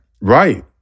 Right